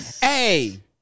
Hey